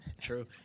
true